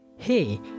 hey